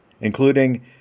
including